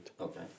Okay